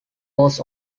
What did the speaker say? was